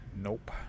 Nope